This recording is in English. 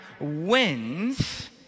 wins